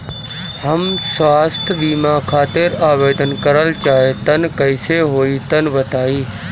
हम स्वास्थ बीमा खातिर आवेदन करल चाह तानि कइसे होई तनि बताईं?